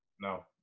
No